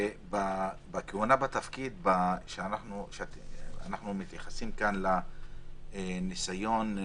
בתלונה שאנחנו מתייחסים כאן לניסיון של